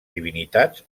divinitats